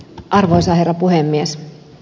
arvoisa herra puhemies